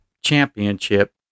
Championship